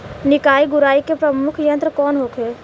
निकाई गुराई के प्रमुख यंत्र कौन होखे?